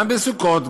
גם בסוכות,